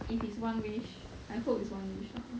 if it's one wish I hope is one wish lah